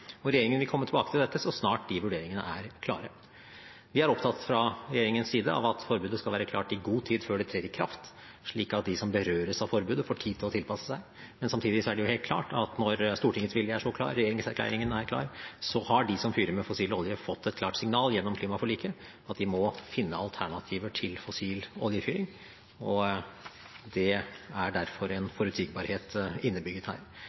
Regjeringen vil komme tilbake til dette så snart de vurderingene er klare. Vi er opptatt fra regjeringens side av at forbudet skal være klart i god tid før det trer i kraft, slik at de som berøres av forbudet, får tid til å tilpasse seg. Men samtidig er det helt klart at når Stortingets vilje er så klar og regjeringserklæringen er klar, har de som fyrer med fossil olje, fått et klart signal gjennom klimaforliket om at de må finne alternativer til fossil oljefyring. Det er derfor en forutsigbarhet innebygget her.